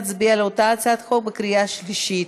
כעת נצביע על אותה הצעת חוק בקריאה שלישית.